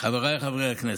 חבריי חברי הכנסת,